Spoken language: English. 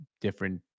different